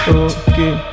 okay